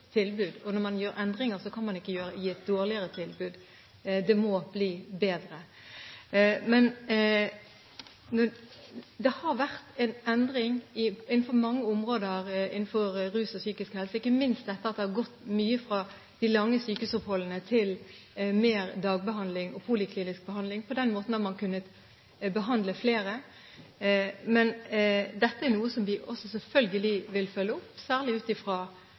tilbud, og når man gjør endringer, kan man ikke gi et dårligere tilbud; det må bli bedre. Det har vært endringer på mange områder innenfor rus og psykisk helse, ikke minst dette at man har gått mye fra de lange sykehusoppholdene til mer dagbehandling og poliklinisk behandling. På den måten har man kunnet behandle flere. Dette er noe vi selvfølgelig vil følge opp, særlig ut